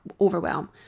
overwhelm